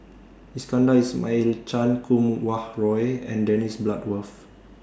Iskandar Ismail Chan Kum Wah Roy and Dennis Bloodworth